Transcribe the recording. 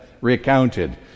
recounted